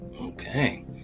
Okay